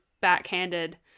backhanded